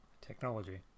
Technology